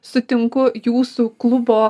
sutinku jūsų klubo